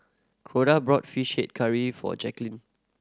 Corda brought Fish Head Curry for Jaqueline